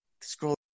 Scroll